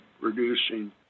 reducing